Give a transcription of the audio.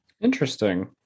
interesting